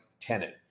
tenant